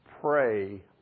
pray